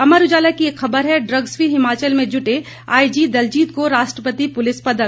अमर उजाला की एक खबर है ड्रग्स फ्री हिमाचल में जुटे आई जी दलजीत को राष्ट्रपति पुलिस पदक